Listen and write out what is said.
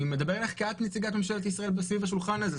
אני מדבר אליך כי את נציגת ממשלת ישראל סביב השולחן הזה.